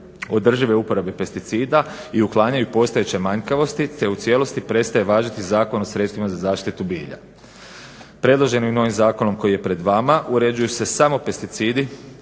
održive uporabe pesticida i uklanjaju postojeće manjkavosti te u cijelosti prestaje važiti Zakon o sredstvima za zaštitu bilja. Predloženim novim zakonom koji je pred vama uređuju se samo pesticidi